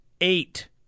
Eight